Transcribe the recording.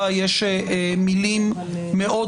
"הצבא הוא ביטחונה של המדינה, המשטרה